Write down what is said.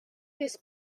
this